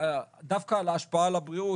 דווקא בנוגע להשפעה על הבריאות,